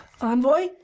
Envoy